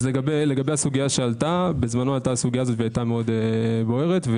בזמנו הסוגיה הזו עלתה והייתה מאוד בוערת.